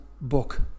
book